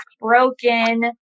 broken